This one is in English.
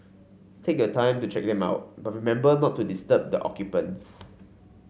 take your time to check them out but remember not to disturb the occupants